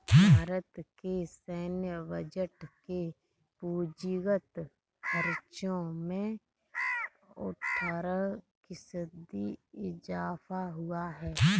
भारत के सैन्य बजट के पूंजीगत खर्चो में अट्ठारह फ़ीसदी इज़ाफ़ा हुआ है